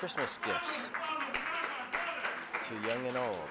christmas you know